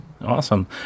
Awesome